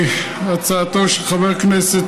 הצעתו של חבר הכנסת